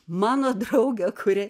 mano draugę kuri